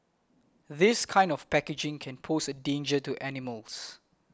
this kind of packaging can pose a danger to animals